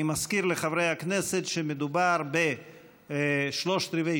אני מזכיר לחברי הכנסת שמדובר בשלושת רבעי